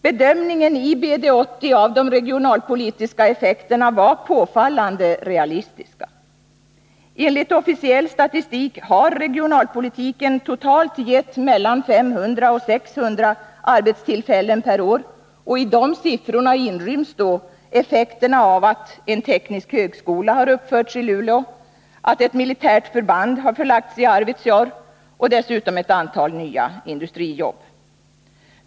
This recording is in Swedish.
Bedömningen i BD 80 av de regionalpolitiska effekterna var påfallande realistisk. Enligt officiell statistik har regionalpolitiken totalt gett mellan 500 och 600 arbetstillfällen per år, och i de siffrorna inryms då effekterna av att en teknisk högskola har uppförts i Luleå, att ett militärt förband förlagts till Arvidsjaur och dessutom att ett antal nya industrijobb tillkommit.